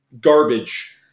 garbage